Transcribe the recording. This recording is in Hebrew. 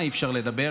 על מה אי-אפשר לדבר?